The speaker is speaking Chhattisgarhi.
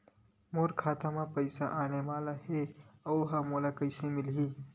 मोर खाता म पईसा आने वाला हे ओहा मोला कइसे मिलही?